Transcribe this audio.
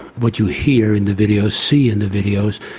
what you hear in the videos, see in the videos,